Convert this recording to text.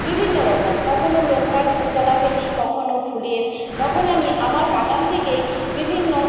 বিভিন্ন রকম কখনো লঙ্কার তলা ফেলি কখনো ফুলের তখন আমি আমার বাগান থেকেই বিভিন্ন